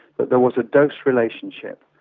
that there was a dose relationship,